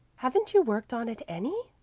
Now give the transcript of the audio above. haven't you worked on it any?